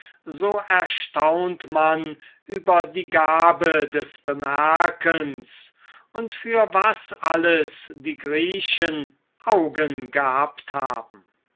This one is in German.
so erstaunt man über die gabe des bemerkens und für was alles die griechen augen gehabt haben